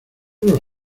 los